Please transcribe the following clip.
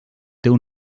teu